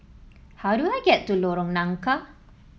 how do I get to Lorong Nangka